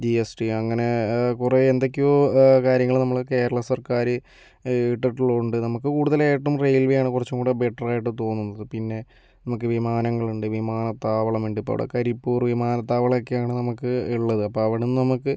G S T അങ്ങനെ കുറേ എന്തൊക്കെയോ കാര്യങ്ങൾ നമ്മൾ കേരള സർക്കാര് ഇട്ടിട്ടുള്ളത് കൊണ്ട് നമുക്ക് കൂടുതലായിട്ടും റെയിൽവേയാണ് കുറച്ചുകൂടെ ബെറ്ററായിട്ട് തോന്നുന്നത് പിന്നെ നമുക്ക് വിമാനങ്ങളുണ്ട് വിമാനത്താവളമുണ്ട് ഇപ്പോൾ അവിടെ കരിപ്പൂർ വിമാനത്താവളം ഒക്കെയാണ് നമുക്ക് ഉള്ളത് അപ്പോൾ അവിടുന്ന് നമുക്ക്